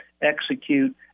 execute